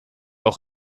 auch